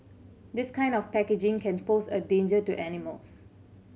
this kind of packaging can pose a danger to animals